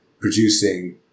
producing